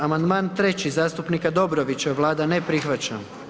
Amandman 3. zastupnika Dobrovića, Vlada ne prihvaća.